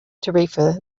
tarifa